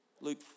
Luke